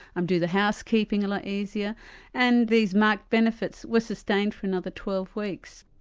um do the housekeeping a lot easier and these marked benefits were sustained for another twelve weeks.